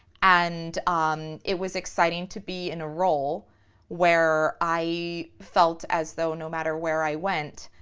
and it was exciting to be in a role where i felt as though, no matter where i went,